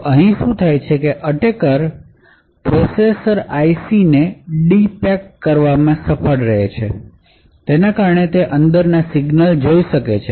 તો અહીં શું થાય છે કે એટેકર પ્રોસેસર IC ને ડી પેક કરવામાં સફળ રહે છે અને તેના કારણે તે તેની અંદરના સિગ્નલ જોઈ શકે છે